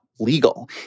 Legal